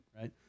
right